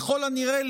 ככל הנראה,